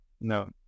no